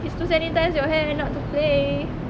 it's to sanitize your hand not to play